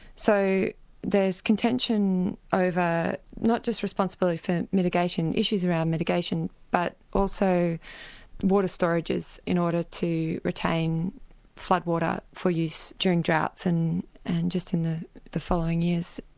so there's contention over not just responsibility for mitigation, issues around mitigation, but also water storages in order to retain floodwater for use during droughts and and in the the following years.